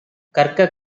கற்க